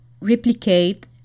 replicate